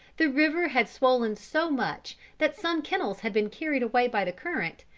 the river had swollen so much, that some kennels had been carried away by the current,